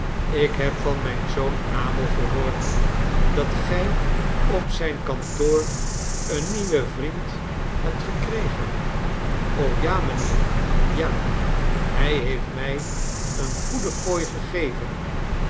ik heb van mijn zoon abel gehoord dat gij op zijn kantoor een nieuwen vriend hebt gekregen ja mijnheer ja hij heeft mij eene goede